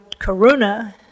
karuna